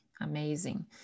Amazing